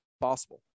possible